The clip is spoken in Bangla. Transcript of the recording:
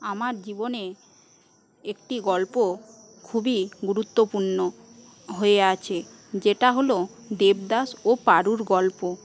আমার জীবনে একটি গল্প খুবই গুরুত্বপূর্ণ হয়ে আছে যেটা হল দেবদাস ও পারোর র গল্প